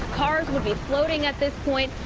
cars will be floating at this point.